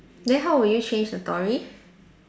then how will you change the story